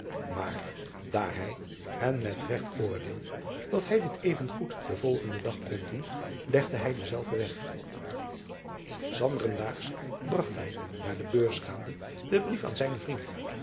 maar daar hij en met regt oordeelde dat hij dit even goed den volgenden dag kon doen legde hij denzelven weg s nderen daags bragt hij naar de beurs gaande den brief aan zijnen vriend